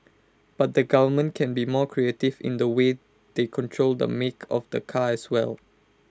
but the government can be more creative in the way they control the make of the car as well